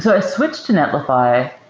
so i switched to netlify.